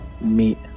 meet